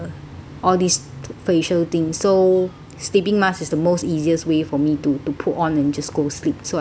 all these facial thing so sleeping mask is the most easiest way for me to to put on and just go sleep so I think